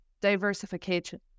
diversification